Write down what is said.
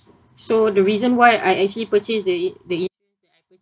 so the reason why I actually purchased the in~ the in~